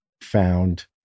found